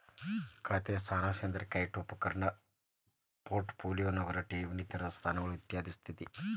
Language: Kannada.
ಖಾತೆ ಸಾರಾಂಶ ಅಂದ್ರ ಕ್ಲೈಂಟ್ ನ ಉಪಕರಣಗಳು ಪೋರ್ಟ್ ಪೋಲಿಯೋ ನಗದ ಠೇವಣಿ ತೆರೆದ ಸ್ಥಾನಗಳು ಇತ್ಯಾದಿಗಳ ಸ್ಥಿತಿ